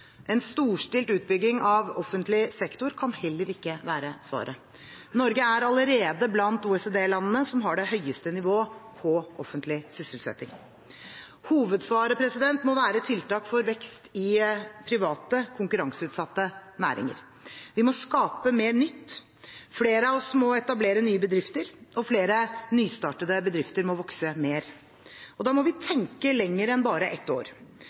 En storstilt utbygging av offentlig sektor kan heller ikke være svaret. Norge er allerede blant OECD-landene som har det høyeste nivået på offentlig sysselsetting. Hovedsvaret må være tiltak for vekst i private, konkurranseutsatte næringer. Vi må skape mer nytt. Flere av oss må etablere nye bedrifter. Og flere nystartede bedrifter må vokse mer. Da må vi tenke lenger enn bare ett år.